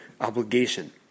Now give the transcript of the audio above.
obligation